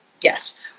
yes